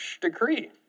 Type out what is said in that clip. decree